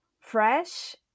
fresh